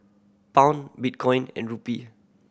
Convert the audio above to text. Pound Bitcoin and Rupee